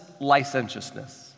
licentiousness